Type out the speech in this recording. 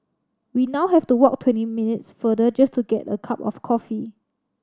we now have to walk twenty minutes further just to get a cup of coffee